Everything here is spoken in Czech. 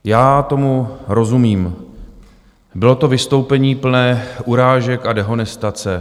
Já tomu rozumím, bylo to vystoupení plné urážek a dehonestace.